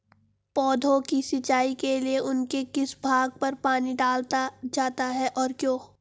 पौधों की सिंचाई के लिए उनके किस भाग पर पानी डाला जाता है और क्यों?